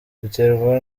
biterwa